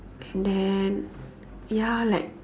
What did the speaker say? and then ya like